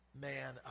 man